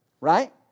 Right